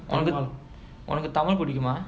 உனக்கு தமிழ் புடிக்குமா:unakku tamil pudikkumaa